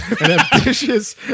ambitious